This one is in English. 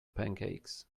pancakes